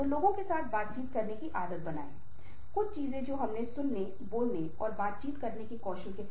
तो क्या भावनात्मक परिपक्वता ही भावनात्मक बुद्धिमत्ता है